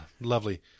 Lovely